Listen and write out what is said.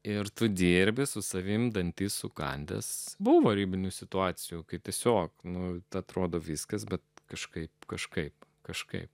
ir tu dirbi su savimi dantis sukandęs buvo ribinių situacijų kai tiesiog nu atrodo viskas bet kažkaip kažkaip kažkaip